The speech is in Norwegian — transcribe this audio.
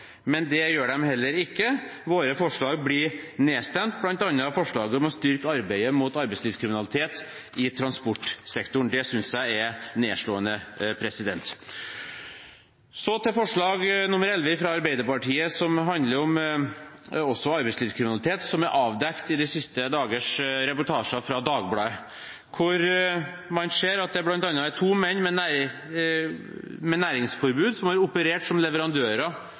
men det gjør de heller ikke. Våre forslag blir nedstemt, bl.a. forslaget om å styrke arbeidet mot arbeidslivskriminalitet i transportsektoren. Det synes jeg er nedslående. Så til forslag nr. 11, fra Arbeiderpartiet, som også handler om arbeidslivskriminalitet – som den som er avdekket i de siste dagers reportasjer fra Dagbladet, der man bl.a. ser at to menn med næringsforbud har operert som leverandører